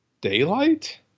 daylight